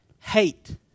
hate